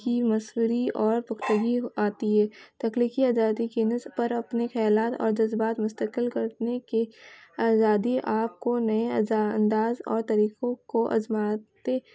کی مصوری اور پختگی آتی ہے تخلیقی آزادی کے نس پر اپنے خیالات اور جذبات مستقل کرنے کے آزادی آپ کو نئے ازا انداز اور طریقوں کو ازماتے